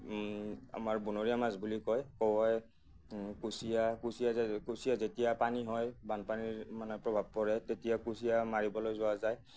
আমাৰ বনৰীয়া মাছ বুলি কয় কাৱৈ কুচিয়া কুচিয়া যেত কুচিয়া যেতিয়া পানী হয় বানপানীৰ মানে প্ৰভাৱ পৰে তেতিয়া কুচিয়া মাৰিবলৈ যোৱা যায়